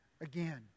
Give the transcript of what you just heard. again